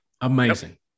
amazing